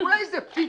אולי זה פיק